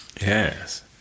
yes